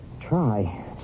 try